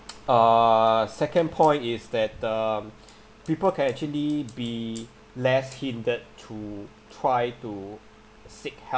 err second point is that um people can actually be less hindered to try to seek help